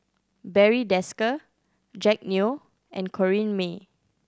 Barry Desker Jack Neo and Corrinne May